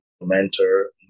mentor